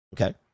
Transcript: Okay